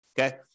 Okay